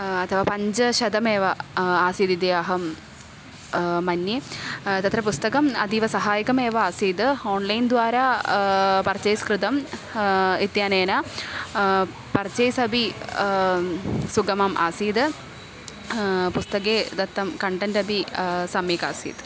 अथवा पञ्चशतमेव आसीदिति अहं मन्ये तत्र पुस्तकम् अतीवसहायकमेव आसीत् आन्लैन् द्वारा पर्चेस् कृतम् इत्यनेन पर्चेस् अपि सुखम् आसीत् पुस्तके दत्तं कण्टेण्ट् अपि सम्यक् आसीत्